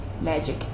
magic